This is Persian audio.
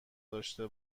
داشته